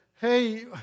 hey